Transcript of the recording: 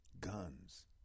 Guns